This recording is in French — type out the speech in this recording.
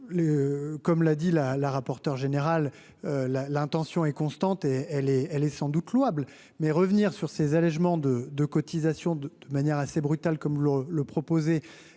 comme l'a dit la la rapporteure générale la l'intention est constante et elle est, elle est sans doute louable mais revenir sur ces allégements de de cotisations de de manière assez brutale, comme vous le proposez